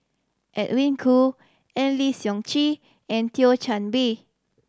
Edwin Koo Eng Lee Seok Chee and Thio Chan Bee